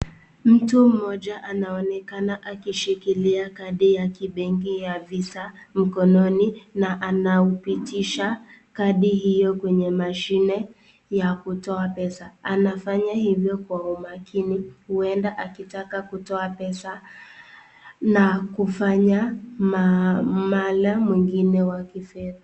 Mtu mmoja anaonekana akishikilia kadi ya kibenki ya visa mkononi na anaupitisha kadi hiyo kwenye mashine ya kutoa pesa. Anafanya hivyo kwa umakini huenda akitaka kutoa pesa na kufanya mara mwingine wa kifedha.